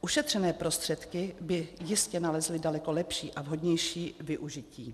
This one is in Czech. Ušetřené prostředky by jistě nalezly daleko lepší a vhodnější využití.